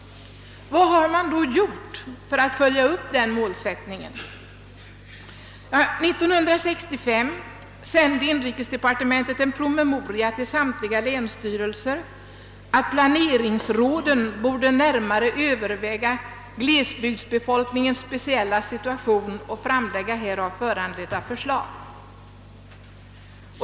Vad har man då gjort för att följa upp den målsättningen? År 1965 sände inrikesdepartementet en promemoria till samtliga länsstyrelser om att planeringsråden närmare borde överväga glesbygdsbefolkningens speciella situation och framlägga härav föranledda förslag.